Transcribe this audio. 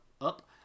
up